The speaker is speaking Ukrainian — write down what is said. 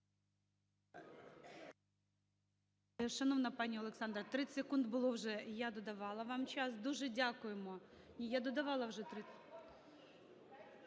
Шановна пані Олександра, 30 секунд було вже, я додавала вам час. Дуже дякуємо.